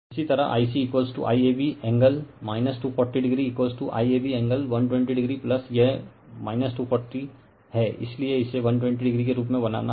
इसी तरह I C IAB angle 240o IAB angle 120o यह 240 हैं इसलिए इसे 120o के रूप में बनाना